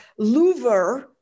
louver